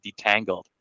detangled